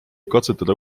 katsetada